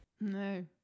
No